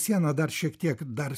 sieną dar šiek tiek dar